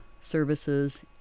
services